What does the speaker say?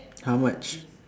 how much